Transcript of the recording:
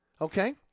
Okay